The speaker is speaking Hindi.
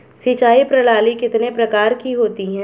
सिंचाई प्रणाली कितने प्रकार की होती है?